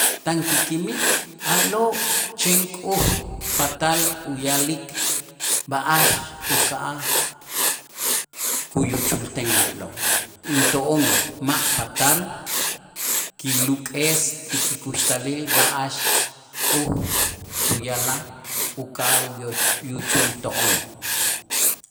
tan kikimil a'lo' chen k'oj patal uya'lik b'a'ax uka'aj kuyuchulten a'lo', into'on ma' patal kiluk'es ti kikuxtalil b'a'ax k'oj tuya'laj uka'aj uyo- uyuchulto'on.